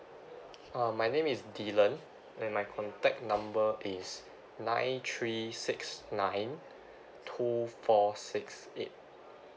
um my name is delan and my contact number is nine three six nine two four six eight